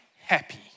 happy